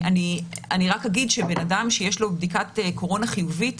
רק אגיד שאדם שיש לו בדיקת קורונה חיובית,